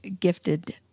gifted